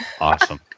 awesome